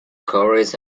coverage